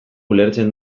ulertzen